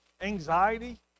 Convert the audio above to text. anxiety